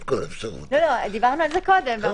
דיברנו על זה קודם.